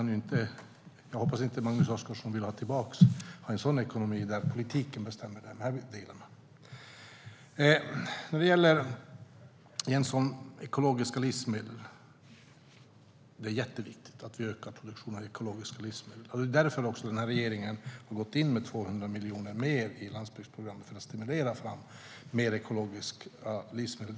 Jag hoppas att Magnus Oscarsson inte vill ha en ekonomi där politiken bestämmer de delarna. Jens Holm talade om ekologiska livsmedel. Det är jätteviktigt att vi ökar produktionen av ekologiska livsmedel, och det är därför den här regeringen har gått in med 200 miljoner mer i Landsbygdsprogrammet - för att stimulera fram mer ekologiska livsmedel.